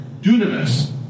dunamis